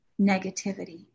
negativity